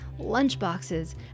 lunchboxes